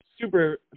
super